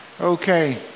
Okay